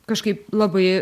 kažkaip labai